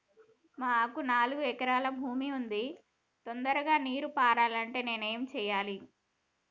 మాకు నాలుగు ఎకరాల భూమి ఉంది, తొందరగా నీరు పారాలంటే నేను ఏం చెయ్యాలే?